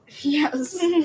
Yes